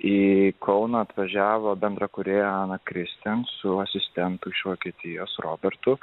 į kauną atvažiavo bendra kūrėja ana kristi su asistentu iš vokietijos robertu